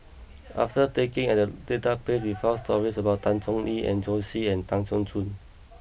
after taking at the database we found stories about Tan Chong Tee Joanne Soo and Tan Keong Choon